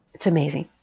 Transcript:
it's amazing.